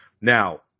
Now